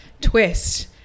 twist